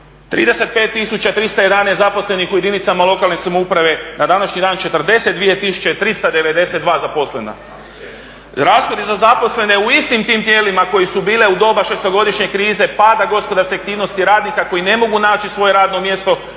311 zaposlenih u jedinicama lokalne samouprave, na današnji dan 42 tisuće 392 zaposlena. Rashodi za zaposlene u istim tim tijelima koje su bile u doba šestogodišnje krize, pad gospodarskih aktivnosti radnika koji ne mogu naći svoje radno mjesto,